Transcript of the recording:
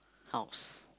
house